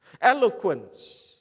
Eloquence